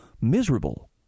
miserable